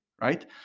right